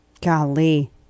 Golly